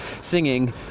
singing